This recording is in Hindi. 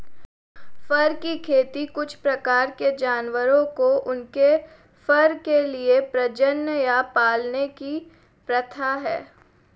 फर की खेती कुछ प्रकार के जानवरों को उनके फर के लिए प्रजनन या पालने की प्रथा है